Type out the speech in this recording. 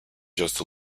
just